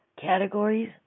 categories